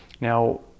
Now